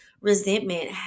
resentment